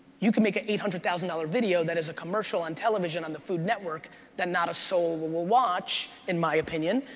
you can make an eight hundred thousand dollars video that is a commercial on television on the food network that not a soul will will watch, in my opinion.